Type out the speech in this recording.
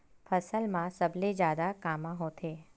फसल मा सबले जादा कामा होथे?